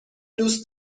دوست